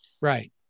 right